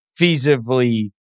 feasibly